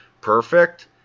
perfect